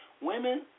women